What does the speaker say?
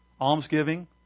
almsgiving